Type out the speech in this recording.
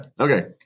Okay